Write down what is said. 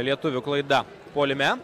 lietuvių klaida puolime